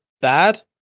bad